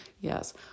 yes